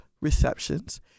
receptions